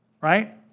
Right